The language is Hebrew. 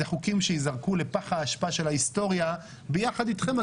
אלה חוקים שייזרקו לפח האשפה של ההיסטוריה ביחד איתכם,